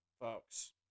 folks